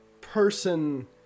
person